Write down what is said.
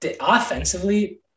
Offensively